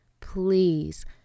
Please